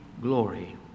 glory